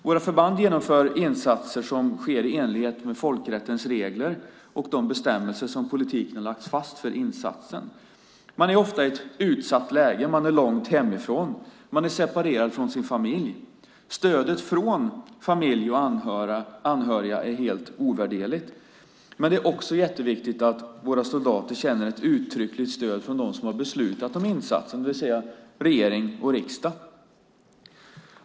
Våra förband genomför insatser som sker i enlighet med folkrättens regler och de bestämmelser som politiken har lagt fast för insatsen. Soldaterna är ofta i ett utsatt läge och långt hemifrån. De är separerade från sin familj. Stödet från familj och anhöriga är helt ovärderligt. Men det är också jätteviktigt att våra soldater känner ett uttryckligt stöd från dem som har beslutat om insatsen, det vill säga regering och riksdag.